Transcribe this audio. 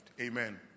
Amen